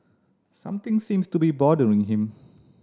something seems to be bothering him